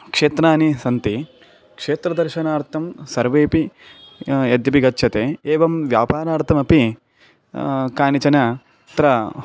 क्षेत्राणि सन्ति क्षेत्रदर्शनार्थं सर्वे पि यद्यपि गच्छन्ति एवं व्यापारार्थमपि कानिचन अत्र